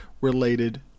related